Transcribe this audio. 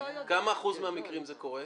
בכמה אחוז מהמקרים זה קורה?